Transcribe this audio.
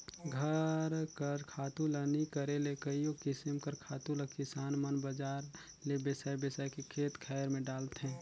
घर कर खातू ल नी करे ले कइयो किसिम कर खातु ल किसान मन बजार ले बेसाए बेसाए के खेत खाएर में डालथें